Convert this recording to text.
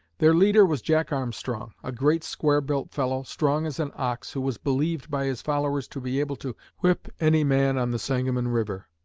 their leader was jack armstrong, a great square-built fellow, strong as an ox, who was believed by his followers to be able to whip any man on the sangamon river.